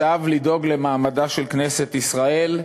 צו לדאוג למעמדה של כנסת ישראל,